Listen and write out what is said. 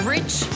Rich